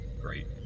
Great